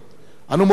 אנו מודים לכם,